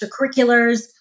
extracurriculars